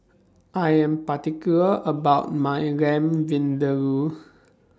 I Am particular about My Lamb Vindaloo